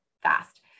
fast